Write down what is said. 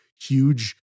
huge